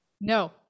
No